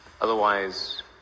otherwise